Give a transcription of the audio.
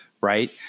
Right